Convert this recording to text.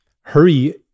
Hurry